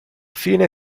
fine